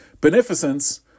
beneficence